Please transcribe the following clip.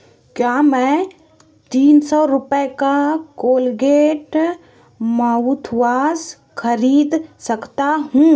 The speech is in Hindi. क्या मैं तीन सौ रूपए का कोलगेट माउथवाश खरीद सकता हूँ